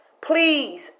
Please